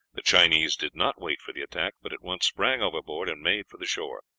the chinese did not wait for the attack, but at once sprang overboard and made for the shore.